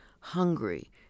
hungry